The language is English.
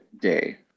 day